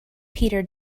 peter